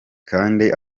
kandi